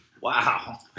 Wow